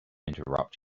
interrupt